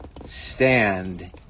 stand